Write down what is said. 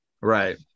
right